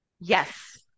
yes